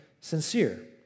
sincere